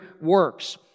works